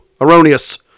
Erroneous